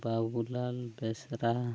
Babulal Besra